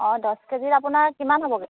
অঁ দছ কেজিত আপোনাৰ কিমান হ'বগৈ